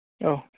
औ